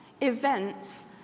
events